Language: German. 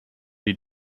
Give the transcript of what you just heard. die